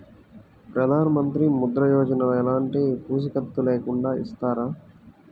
ప్రధానమంత్రి ముద్ర యోజన ఎలాంటి పూసికత్తు లేకుండా ఇస్తారా?